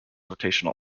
rotational